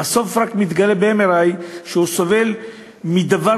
ובסוף מתגלה רק ב-MRI שהוא סובל מדבר